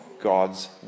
God's